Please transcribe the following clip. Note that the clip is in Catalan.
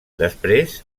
després